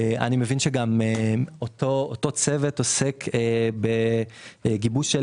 אני גם מבין שאותו צוות עוסק בגיבוש של